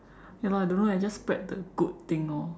ya lah don't know eh just spread the good thing lor